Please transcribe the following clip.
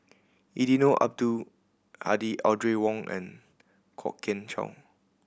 Eddino Abdul Hadi Audrey Wong and Kwok Kian Chow